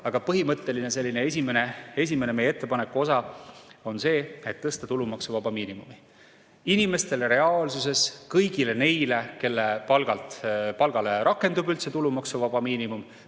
aga põhimõtteline selline esimene meie ettepaneku osa on see, et tõsta tulumaksuvaba miinimumi inimestele reaalsuses, kõigile neile, kelle palgale üldse rakendub tulumaksuvaba miinimum.